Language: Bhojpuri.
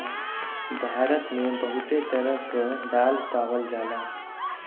भारत मे बहुते तरह क दाल पावल जाला